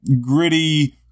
gritty